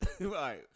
right